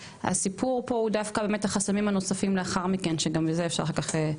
הסיפור פה הוא דווקא החסמים הנוספים לאחר מכן שגם בזה אפשר לדון אחר כך.